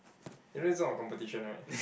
you know it's not a competition right